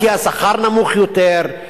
כי השכר נמוך יותר,